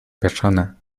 persona